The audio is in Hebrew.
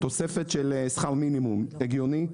תוספת של שכר מינימום הגיוני?